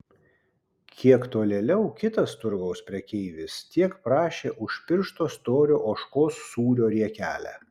kiek tolėliau kitas turgaus prekeivis tiek prašė už piršto storio ožkos sūrio riekelę